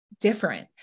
different